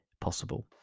possible